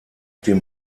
dem